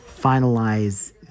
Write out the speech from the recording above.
finalize